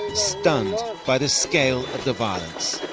stunned by the scale of the violence.